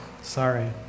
Sorry